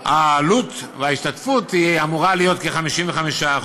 העלות, ההשתתפות, אמורה להיות כ-55%.